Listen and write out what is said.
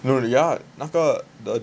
no really ya 那个 the